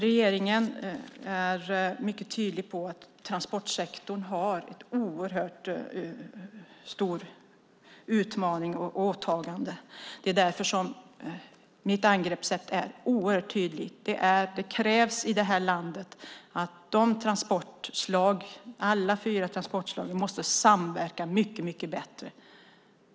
Regeringen är mycket tydlig med att transportsektorn står inför en oerhört stor utmaning och ett stort åtagande. Därför är mitt angreppssätt mycket tydligt. Det krävs att alla fyra transportslagen samverkar mycket bättre.